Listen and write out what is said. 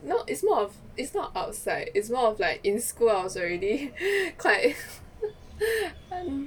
no it's more of it's not outside it's more of like in school I was already quite